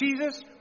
Jesus